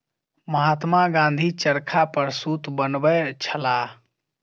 महात्मा गाँधी चरखा पर सूत बनबै छलाह